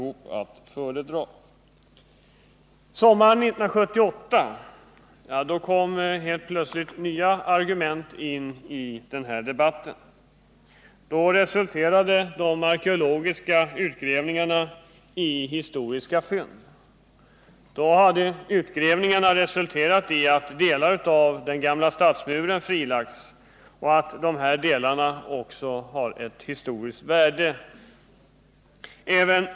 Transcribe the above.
Sommaren 1978 kom nya argument in i debatten. Då resulterade de arkeologiska utgrävningarna i historiska fynd: Delar av den gamla stadsmuren frilades. Dessa har ett historiskt värde.